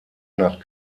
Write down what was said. nach